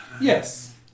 Yes